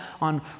on